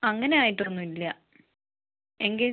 അങ്ങനെയായിട്ട് ഒന്നുല്ല്യാ എങ്കിൽ